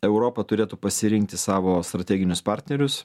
europa turėtų pasirinkti savo strateginius partnerius